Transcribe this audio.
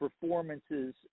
performances